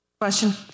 Question